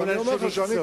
אבל אני אומר לך שאני,